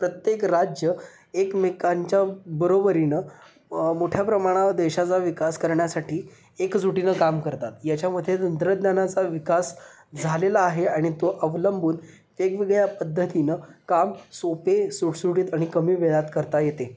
प्रत्येक राज्य एकमेकांच्या बरोबरीनं मोठ्या प्रमाणावर देशाचा विकास करण्यासाठी एकजुटीनं काम करतात याच्यामध्ये तंत्रज्ञानाचा विकास झालेला आहे आणि तो अवलंबून वेगवेगळ्या पद्धतीनं काम सोपे सुटसुटित आणि कमी वेळात करता येते